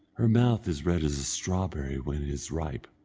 her mouth as red as a strawberry when it is ripe,